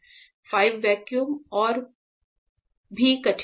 5 vacuum यह और भी कठिन है